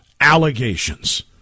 allegations